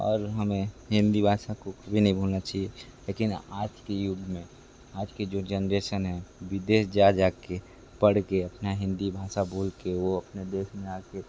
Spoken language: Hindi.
और हमें हिंदी भाषा को कभी नहीं भूलना चाहिए लेकिन आज के युग में आज की जो जनरेसन है विदेश जा जा कर पढ़ कर अपना हिंदी भाषा बोल कर वो अपने देश में आ कर